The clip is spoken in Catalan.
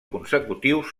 consecutius